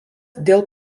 dėl